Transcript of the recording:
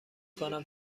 کنم